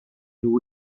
nhw